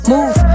Move